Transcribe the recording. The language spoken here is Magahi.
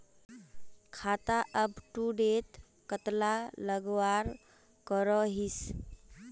खाता अपटूडेट कतला लगवार करोहीस?